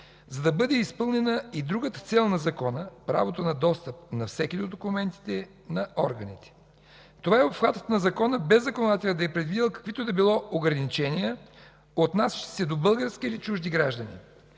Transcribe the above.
за да бъде изпълнена и другата цел на закона – правото на достъп на всеки до документите на органите. Това е обхватът на закона, без законодателят да е предвидил каквито и да било ограничения, отнасящи се до български или чужди граждани.